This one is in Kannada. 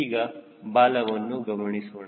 ಈಗ ಬಾಲವನ್ನು ಗಮನಿಸೋಣ